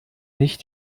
nicht